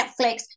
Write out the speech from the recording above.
Netflix